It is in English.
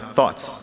thoughts